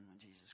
Jesus